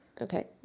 Okay